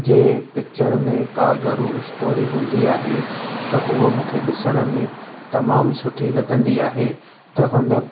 जे picture में का घरु स्टोरी हूंदी आहे त हुअ मूंखे ॾिसण में तमामु सुठी लॻंदी आहे त हुन